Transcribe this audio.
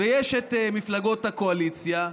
יש את מפלגות הקואליציה,